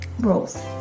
rules